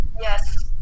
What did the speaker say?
Yes